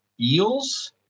eels